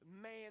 man